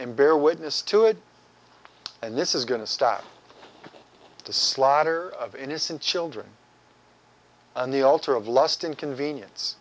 and bear witness to it and this is going to stop the slaughter of innocent children on the altar of lust and convenience